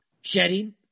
shedding